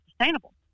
sustainable